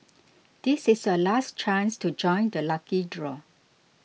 this is our last chance to join the lucky draw